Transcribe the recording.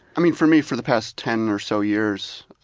i mean for me, for the past ten or so years